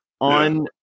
on